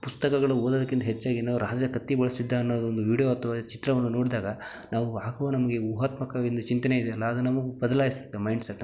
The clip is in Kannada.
ಪುಸ್ತಕಗಳು ಓದೋದಕ್ಕಿಂತ ಹೆಚ್ಚಾಗಿ ನಾವು ರಾಜ ಕತ್ತಿ ಬಳಸಿದ್ದ ಅನ್ನೋದು ಒಂದು ವೀಡಿಯೋ ಅಥವಾ ಚಿತ್ರವನ್ನು ನೋಡಿದಾಗ ನಾವು ಆಗುವ ನಮಗೆ ಊಹಾತ್ಮಕವೆಂದು ಚಿಂತನೆ ಇದೆಯಲ್ಲ ಅದು ನಮಗೆ ಬದಲಾಯ್ಸತ್ತೆ ಮೈಂಡ್ಸೆಟ್ಟನ್ನು